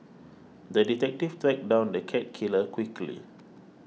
the detective tracked down the cat killer quickly